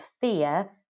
fear